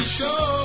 show